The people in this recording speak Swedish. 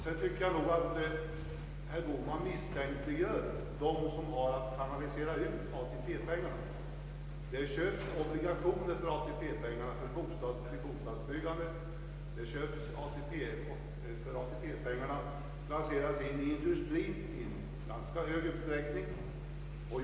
Jag tycker nog att herr Bohman misstänkliggör dem som har att kanalisera ut medlen från ATP-fonderna. Det köps obligationer för ATP-medlen som används för bostadsbyggandet, och ATP medel placeras i ganska stor utsträckning i industrin.